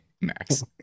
Max